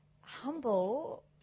humble